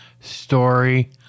story